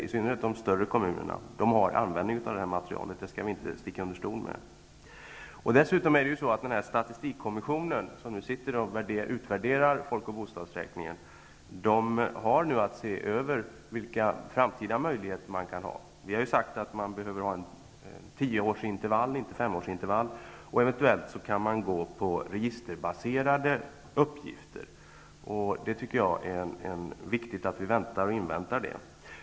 I synnerhet har de större kommunerna användning för materialet -- det skall vi inte sticka under stol med. Dessutom har statistikkommissionen, som utvärderar folk och bostadsräkningen, att se över vilka framtida möjligheter som finns. Vi anser att man skall ha en tioårsintervall och inte en femårsintervall. Man kan eventuellt också gå på registerbaserade uppgifter. Det är viktigt att vi inväntar denna utvärdering.